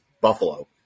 Buffalo